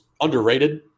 underrated